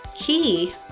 key